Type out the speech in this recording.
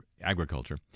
agriculture